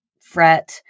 fret